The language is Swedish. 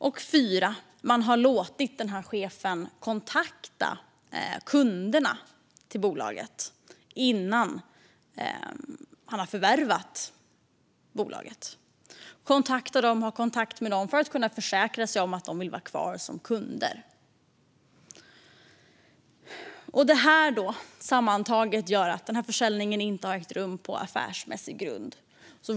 Och för det fjärde har man låtit denna chef kontakta kunderna till bolaget innan han har förvärvat bolaget. Han har haft kontakt med dem för att kunna försäkra sig om att de vill vara kvar som kunder. Sammantaget gör detta att denna försäljning inte har ägt rum på affärsmässig grund.